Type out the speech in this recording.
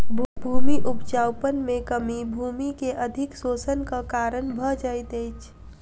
भूमि उपजाऊपन में कमी भूमि के अधिक शोषणक कारण भ जाइत अछि